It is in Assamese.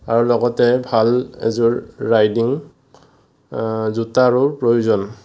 আৰু লগতে ভাল এযোৰ ৰাইডিং জোতাৰো প্ৰয়োজন